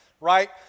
right